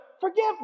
forgive